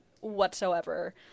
whatsoever